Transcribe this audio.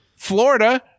Florida